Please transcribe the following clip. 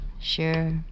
Sure